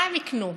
מה הם יקנו,